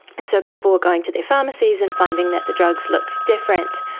and so people were going to their pharmacies and finding that the drugs looked different,